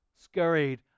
scurried